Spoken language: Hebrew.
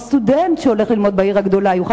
או סטודנט שהולך ללמוד בעיר הגדולה יוכל